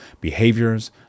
behaviors